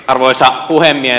arvoisa puhemies